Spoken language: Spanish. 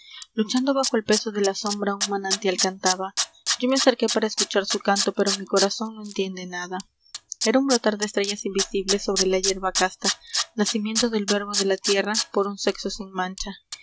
uchando bajo el peso de la sombra y roanantial cantaba o me acerqué para escuchar su canto mi corazón no entiende nada ra un brotar de estrellas invisibles re la hierba casta f e d e r i c o g l o r c nacimiento del verbo de la tierra por un sexo sin mancha